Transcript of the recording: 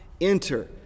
Enter